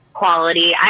quality